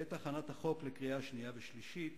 בעת הכנת החוק לקריאה שנייה ושלישית